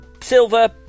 silver